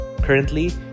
Currently